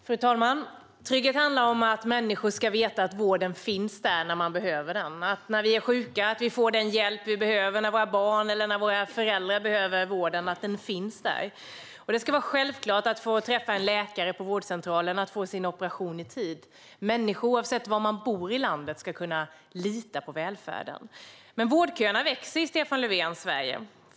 Fru talman! Trygghet handlar om att människor ska veta att vården finns när de behöver den. Det handlar om att vi ska få den hjälp vi behöver när vi är sjuka och om att vården finns när våra barn eller när våra föräldrar behöver den. Det ska vara självklart att få träffa en läkare på vårdcentralen och att få sin operation i tid. Människor, oavsett var i landet de bor, ska kunna lita på välfärden. Men vårdköerna växer i Stefan Löfvens Sverige.